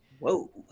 Whoa